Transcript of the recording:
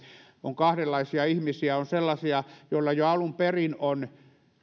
on kahdenlaisia ihmisiä on sellaisia joilla jo alun perin on